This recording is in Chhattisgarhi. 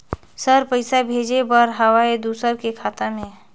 सर पइसा भेजे बर आहाय दुसर के खाता मे?